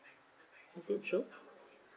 is it true